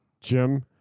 Jim